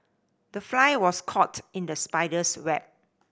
the fly was caught in the spider's web